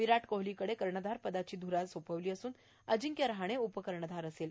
विराट कोहलीकडे कर्णधारपदाची ध्रा दिली असून अंजिक्य रहाणे उपकर्णधार असेल